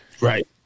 right